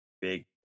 big